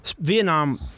Vietnam